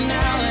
now